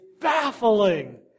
baffling